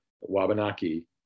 Wabanaki